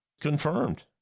confirmed